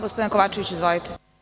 Gospodine Kovačeviću, izvolite.